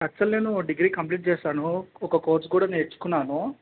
actual నేను degree complete చేశాను ఒక కోర్స్ కూడా నేర్చుకున్నాను